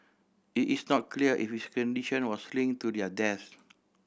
it is not clear if his condition was linked to their deaths